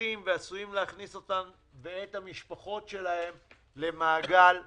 נמוכים ועשויים להכניס אותן ואת המשפחות שלהן למעגל העוני.